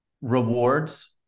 rewards